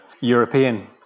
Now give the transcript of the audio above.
European